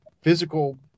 physical